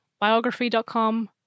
biography.com